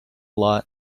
lot